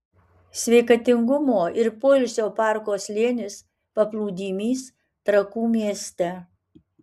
sveikatingumo ir poilsio parko slėnis paplūdimys trakų mieste